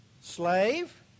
slave